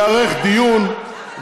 ייערך דיון,